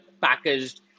packaged